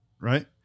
Right